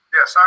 Yes